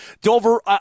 Dover